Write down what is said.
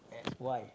that's why